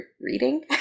reading